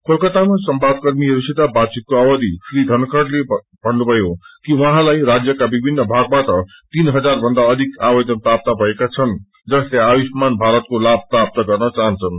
कोलकातामा संवादकर्मीहरूसित बातचितको अवधि श्री धनखडेले भन्नुभयो कि उहाँलाई राज्यका विभ्जिनन भागबाट तीन हजार भन्दा अधिक आवेदन प्राप्त भएका छन् जसले आयुषमान भारतको लाभ प्राप्त गर्न चाहन्छन्